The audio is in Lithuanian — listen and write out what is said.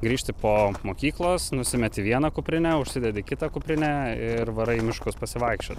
grįžti po mokyklos nusimeti vieną kuprinę užsidedi kitą kuprinę ir varai į miškus pasivaikščiot